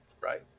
right